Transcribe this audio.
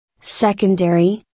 Secondary